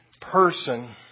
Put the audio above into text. person